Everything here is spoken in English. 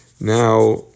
Now